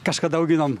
kažkada auginom